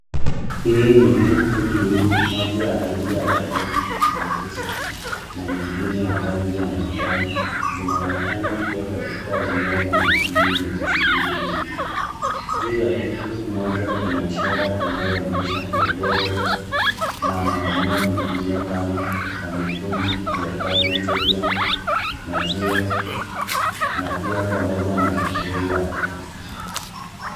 Hii ni tuktuk mbili moja ya rangi ya waridi na nyeusi na nyingine ya rangi ya manjano zinaonekana kuwa katika eneo la mjini lenye shuguli nyingi. Juu ya tuktuk moja kuna ishara inayoonyesha jogoo road na maeneo mengine kama kamukunji, jua kali, stadium , maziwa na pia pamoja na bei yake.